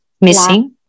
missing